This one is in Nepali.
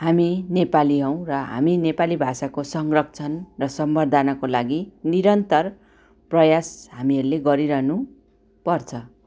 हामी नेपाली हौँ र हामी नेपाली भाषाको संरक्षण र सम्बर्द्धनाको लागि निरन्तर प्रयास हामीहरूले गरिरहनु पर्छ